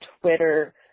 Twitter